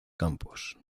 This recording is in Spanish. campos